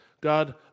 God